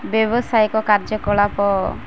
ବ୍ୟବସାୟିକ କାର୍ଯ୍ୟକଳାପ